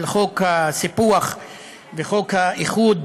על חוק הסיפוח וחוק האיחוד,